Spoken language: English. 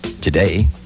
today